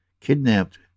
kidnapped